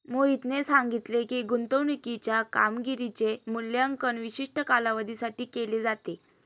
मोहितने सांगितले की, गुंतवणूकीच्या कामगिरीचे मूल्यांकन विशिष्ट कालावधीसाठी केले जाते